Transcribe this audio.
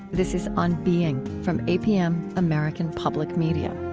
this is on being from apm, american public media